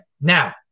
Now